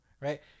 right